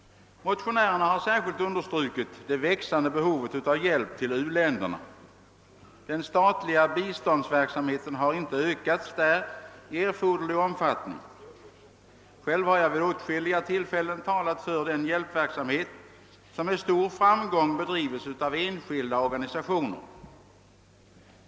Motionärerna har särskilt understrukit det växande behovet av hjälp till uländerna. Den statliga biståndsverksamheten har där inte ökats i erforderlig omfattning. Själv har jag vid åtskilliga tillfällen talat för den hjälpverksamhet som med stor framgång bedrivs av enskilda organisationer.